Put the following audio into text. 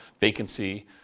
vacancy